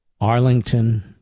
Arlington